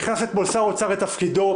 נכנס אתמול שר אוצר לתפקידו.